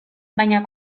baina